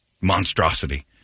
monstrosity